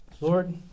Lord